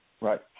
Right